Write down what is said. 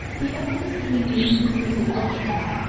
the only seemingly conclusive utterance,